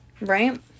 right